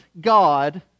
God